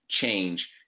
Change